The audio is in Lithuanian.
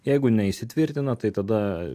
jeigu neįsitvirtina tai tada